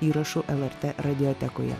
įrašų lrt radiotekoje